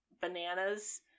bananas